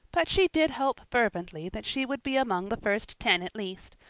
but she did hope fervently that she would be among the first ten at least,